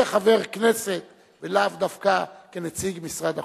כחבר כנסת ולאו דווקא כנציג משרד החוץ,